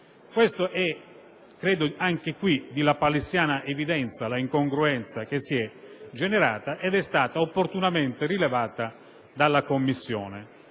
nessuno. Anche qui, è di lapalissiana evidenza l'incongruenza che si è generata ed è stata opportunamente rilevata dalla Commissione.